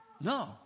No